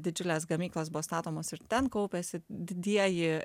didžiulės gamyklos buvo statomos ir ten kaupiasi didieji